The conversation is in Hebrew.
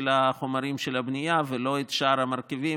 החומרים של הבנייה ולא את שאר המרכיבים,